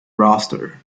roster